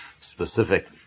specific